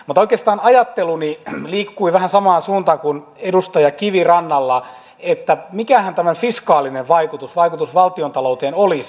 mutta oikeastaan ajatteluni liikkui vähän samaan suuntaan kuin edustaja kivirannalla että mikähän tämän fiskaalinen vaikutus valtiontalouteen olisi